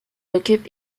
occupe